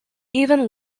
even